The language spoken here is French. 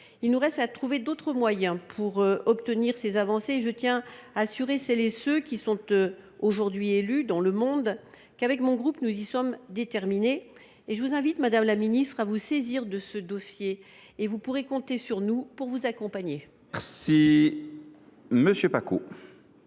Il nous reste à trouver d’autres moyens pour obtenir ces avancées, et je tiens à assurer celles et ceux qui sont aujourd’hui élus dans le monde que les membres du groupe SER y sont déterminés. Je vous invite, madame la ministre, à vous saisir de ce dossier. Vous pourrez compter sur nous pour vous accompagner ! La parole